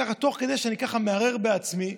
תוך כדי שאני ככה מהרהר בעצמי,